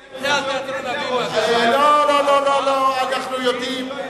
לא, אנחנו יודעים.